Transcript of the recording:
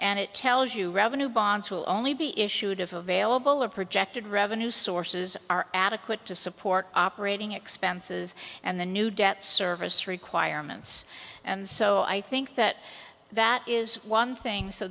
and it tells you revenue bonds will only be issued of available or projected revenue sources are adequate to support operating expenses and the new debt service requirements and so i think that that is one thing so